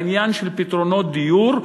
העניין של פתרונות דיור,